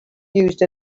used